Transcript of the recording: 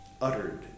uttered